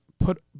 put